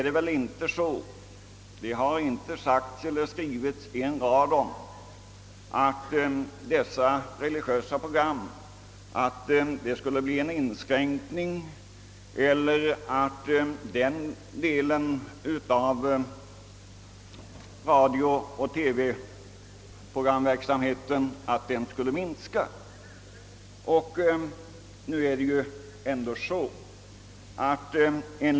Det har inte skrivits en rad om att de religiösa programmen skulle inskränkas eller om att denna del av programverksamheten i radio och TV skulle minska.